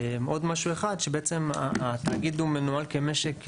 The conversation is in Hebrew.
עוד משהו אחד התאגיד מנוהל כמשק סגור,